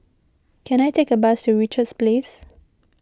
can I take a bus to Richards Place